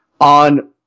on